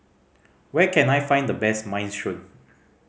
where can I find the best Minestrone